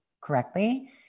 correctly